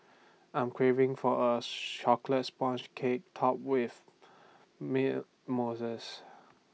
I am craving for Chocolate Sponge Cake Topped with Mint Mousse